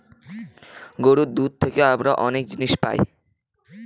গরুর দুধ থেকে আমরা অনেক জিনিস পায়